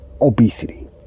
obesity